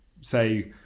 say